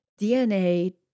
DNA